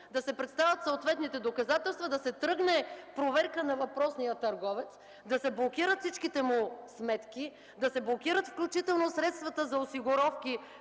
да се представят съответните доказателства, да тръгне проверка на въпросния търговец, да се блокират всичките му сметки, да се блокират включително средствата за осигуровки,